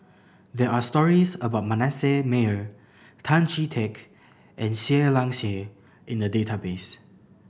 there are stories about Manasseh Meyer Tan Chee Teck and Seah Liang Seah in the database